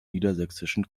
niedersächsischen